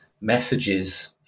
messages